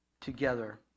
together